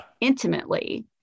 intimately